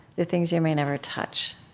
the things you may never touch?